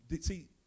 see